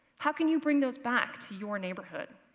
how can you bring those back to your neighborhood?